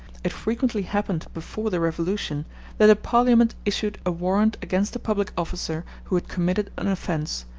it frequently happened before the revolution that a parliament issued a warrant against a public officer who had committed an offence,